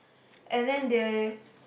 and then they